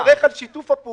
לא על נדל"ן מסחרי,